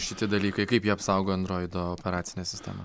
šiti dalykai kaip jie apsaugo androido operacinę sistemą